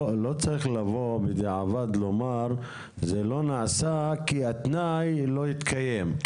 לא צריך לבוא ולומר בדיעבד שזה לא נעשה כי התנאי לא התקיים.